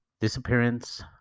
disappearance